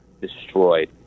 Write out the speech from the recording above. destroyed